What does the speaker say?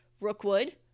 Rookwood